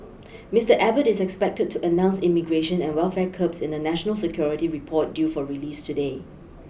Mister Abbott is expected to announce immigration and welfare curbs in a national security report due for release today